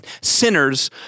sinners